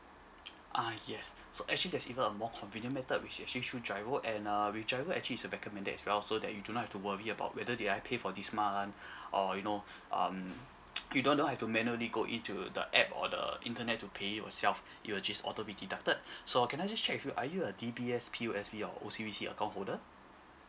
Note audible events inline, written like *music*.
uh yes so actually there's even a more convenient method which is actually through GIRO and uh with GIRO actually is a recommended as well so that you do not have to worry about whether did I pay for this month or you know um *noise* you don't don't have to manually go into the app or the internet to pay yourself it will just auto be deducted so can I just check with you are you a D_B_S P_O_S_B or O_C_B_C account holder